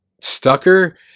Stucker